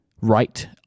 right